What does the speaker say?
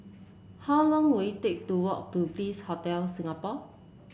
how long will it take to walk to Bliss Hotel Singapore